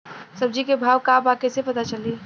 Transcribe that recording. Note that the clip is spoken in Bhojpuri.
सब्जी के भाव का बा कैसे पता चली?